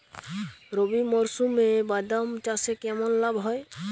রবি মরশুমে বাদাম চাষে কেমন লাভ হয়?